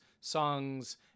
songs